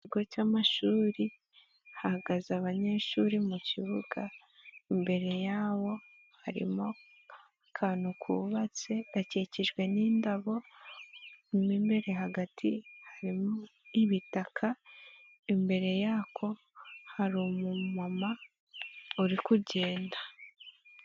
Ikigo cy'amashuri hahagaze abanyeshuri mu kibuga, imbere yawo harimo akantu kubatse gakikijwe n'indabo, mo imbere hagati harimo ibitaka, imbere yako haru umumama uri kugenda.